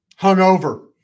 hungover